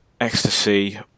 ecstasy